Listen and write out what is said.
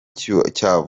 cya